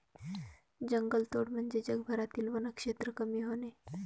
जंगलतोड म्हणजे जगभरातील वनक्षेत्र कमी होणे